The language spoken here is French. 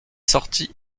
sorties